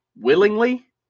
willingly